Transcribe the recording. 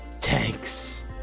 tanks